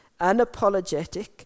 unapologetic